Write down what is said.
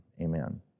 Amen